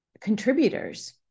contributors